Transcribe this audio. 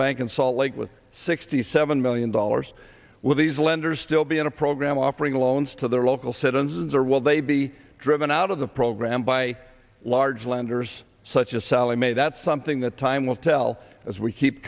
bank in salt lake with sixty seven million dollars with these lenders still be in a program offering loans to their local citizens or will they be driven out of the program by large lenders such as sallie mae that's something that time will tell as we keep